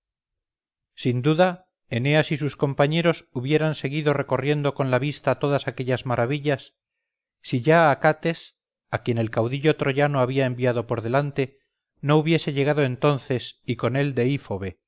sin duda eneas y sus compañeros hubieran seguido recorriendo con la vista todas aquellas maravillas si ya acates a quien el caudillo troyano había enviado por delante no hubiese llegado entonces y con él deífobe hija de